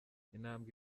intambwe